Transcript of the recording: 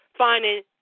finding